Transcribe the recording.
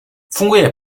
funguje